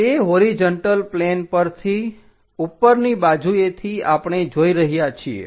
તે horizontal plane પરથી ઉપરની બાજુએથી આપણે જોઈ રહ્યા છીએ